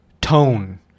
Tone